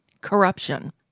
corruption